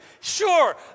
sure